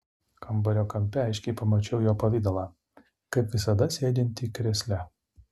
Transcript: kambario kampe aiškiai pamačiau jo pavidalą kaip visada sėdintį krėsle